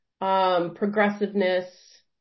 progressiveness